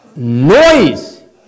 Noise